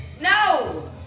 No